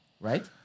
right